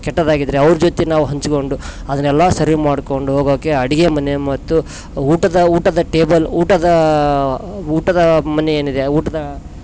ಕೆಟ್ಟದಾಗಿದ್ದರೆ ಅವರ ಜೊತೆ ನಾವು ಹಂಚ್ಕೊಂಡು ಅದನ್ನೆಲ್ಲ ಸರಿ ಮಾಡ್ಕೊಂಡು ಹೋಗೋಕ್ಕೆ ಅಡಿಗೆ ಮನೆ ಮತ್ತು ಊಟದ ಊಟದ ಟೇಬಲ್ ಊಟದ ಊಟದ ಮನೆ ಏನಿದೆ ಊಟದ